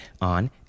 on